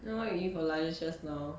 then what you eat for lunch just now